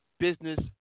business